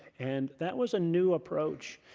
and that was a new approach.